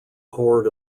hoard